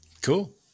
Cool